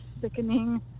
sickening